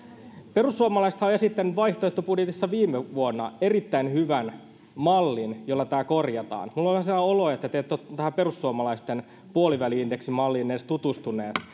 perussuomalaisethan on esittänyt vaihtoehtobudjetissaan viime vuonna erittäin hyvän mallin jolla tämä korjataan minulla on vähän sellainen olo että te ette ole tähän perussuomalaisten puoliväli indeksimalliin edes tutustuneet